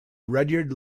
rudyard